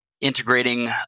integrating